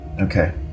okay